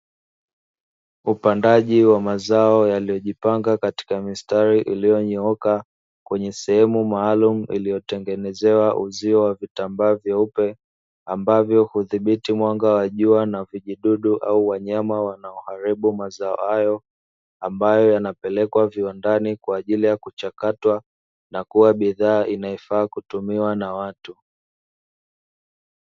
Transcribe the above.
Upandaji wa mazao yaliyojipanga katika mistari iliyonyooka, kwenye sehemu maalumu iliyotengenezewa uzio wa vitambaa vyeupe, ambavyo hudhibiti mwanga wa jua na vijidudu au wanyama wanaoharibu mazao hayo, ambayo yanapelekwa viwandani kwa ajili ya kuchakatwa na kuwa bidhaa inayofaa kutumiwa na watu.